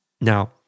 Now